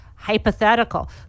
Hypothetical